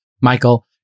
Michael